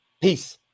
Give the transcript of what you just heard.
Peace